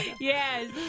yes